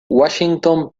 washington